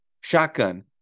shotgun